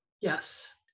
Yes